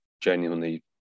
genuinely